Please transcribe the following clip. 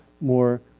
more